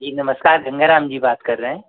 जी नमस्कार गंगा राम जी बात कर रहे हैं